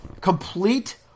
complete